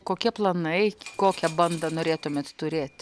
kokie planai kokią bandą norėtumėt turėti